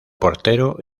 portero